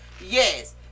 Yes